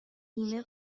بیمه